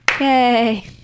yay